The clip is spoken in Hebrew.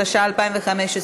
התשע"ה 2015,